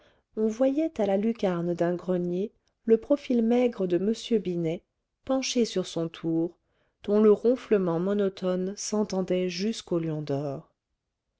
on voyait à la lucarne d'un grenier le profil maigre de m binet penché sur son tour dont le ronflement monotone s'entendait jusqu'au lion d'or